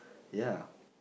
ya